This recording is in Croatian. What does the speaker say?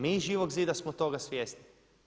Mi iz Živog zida smo toga svjesni.